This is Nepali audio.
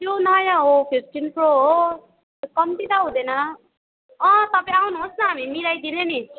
यो नयाँ हो फिफ्टिन प्रो हो कम्ती त हुँदैन अँ तपाईँ आउनुहोस् न हामी मिलाइदिने नि